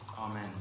Amen